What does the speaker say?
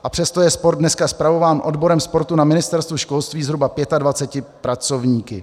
A přesto je sport dneska spravován odborem sportu na Ministerstvu školství zhruba 25 pracovníky.